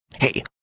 Hey